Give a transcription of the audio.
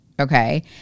Okay